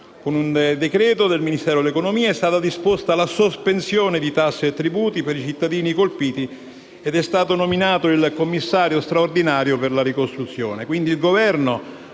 Con un decreto del Ministero dell'economia è stata disposta la sospensione di tasse e tributi per i cittadini colpiti ed è stato nominato un Commissario straordinario per la ricostruzione.